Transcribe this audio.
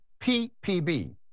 PPB